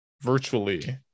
virtually